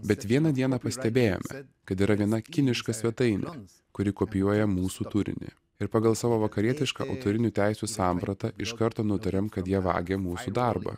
bet vieną dieną pastebėjome kad yra viena kiniška svetainė kuri kopijuoja mūsų turinį ir pagal savo vakarietišką autorinių teisių sampratą iš karto nutarėm kad jie vagia mūsų darbą